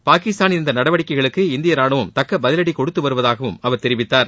பாகிஸ்தானின் இந்த நடவடிக்கைகளுக்கு இந்திய ராணுவம் தக்க பதிலடி கொடுத்து வருவதாகவும் அவர் தெரிவித்தார்